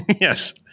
Yes